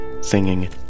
singing